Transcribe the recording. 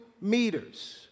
meters